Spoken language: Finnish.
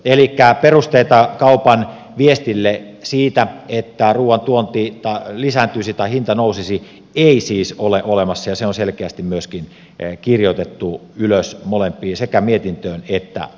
elikkä perusteita kaupan viestille siitä että ruuan tuonti lisääntyisi tai hinta nousisi ei siis ole olemassa ja se on selkeästi myöskin kirjoittu ylös molempiin sekä mietintöön että lausuntoon